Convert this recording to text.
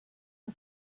for